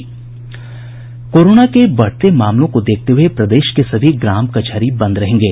corona के बढ़ते मामलों को देखते हये प्रदेश के सभी ग्राम कचहरी बंद रहेंगे